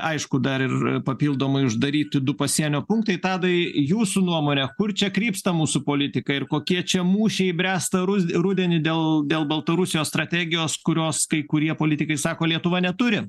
aišku dar ir papildomai uždaryti du pasienio punktai tadai jūsų nuomone kur čia krypsta mūsų politika ir kokie čia mūšiai bręsta rus rudenį dėl dėl baltarusijos strategijos kurios kai kurie politikai sako lietuva neturi